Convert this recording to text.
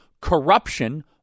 Corruption